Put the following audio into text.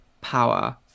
power